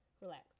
relax